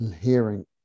hearing